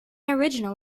original